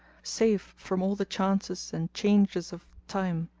safe from all the chances and changes of time,